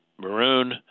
maroon